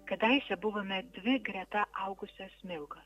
kadaise buvome dvi greta augusios smilgos